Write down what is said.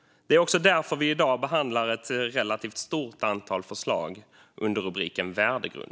Det är därför vi i dag behandlar ett relativt stort antal förslag under rubriken värdegrund.